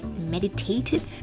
meditative